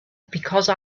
because